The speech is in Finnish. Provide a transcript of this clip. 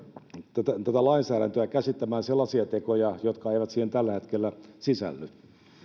tätä tätä lainsäädäntöä käsittämään sellaisia tekoja jotka eivät siihen tällä hetkellä sisälly